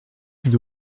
une